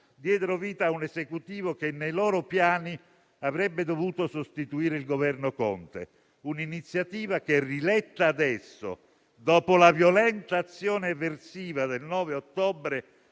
diedero vita a un esecutivo che nei loro piani avrebbe dovuto sostituire il Governo Conte. Un'iniziativa che, riletta adesso, dopo la violenta azione eversiva del 9 ottobre,